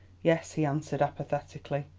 yes, he answered apathetically.